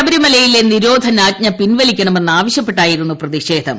ശബരിമലയിലെ നിരോധ്യനാട്ട്ഞ് പിൻലിക്കണമെന്ന് ആവശ്യപ്പെട്ടായിരുന്നു പ്രത്മിഷേധ്